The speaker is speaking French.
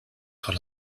sur